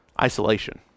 isolation